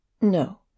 No